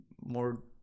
more